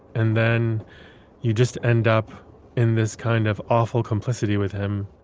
and then you just end up in this kind of awful complicity with him